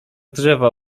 drzewa